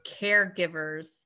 caregivers